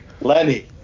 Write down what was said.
lenny